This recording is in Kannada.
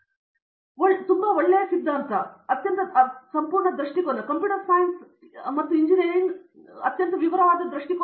ಪ್ರತಾಪ್ ಹರಿಡೋಸ್ ಸರಿ ತುಂಬಾ ಒಳ್ಳೆಯ ಸಿದ್ಧಾಂತ ಅತ್ಯಂತ ಸಂಪೂರ್ಣ ದೃಷ್ಟಿಕೋನ ಕಂಪ್ಯೂಟರ್ ಸೈನ್ಸ್ ಇಂದು ಕಂಪ್ಯೂಟರ್ ವಿಜ್ಞಾನ ಮತ್ತು ಎಂಜಿನಿಯರಿಂಗ್ನ ಅತ್ಯಂತ ವಿವರವಾದ ದೃಷ್ಟಿಕೋನ